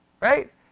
Right